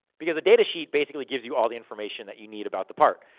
because a data sheet, basically gives you all the information that you need about the part.